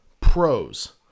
pros